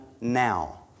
now